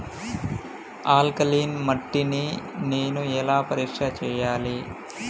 Alkaline మట్టి ని నేను ఎలా పరీక్ష చేయాలి?